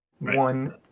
one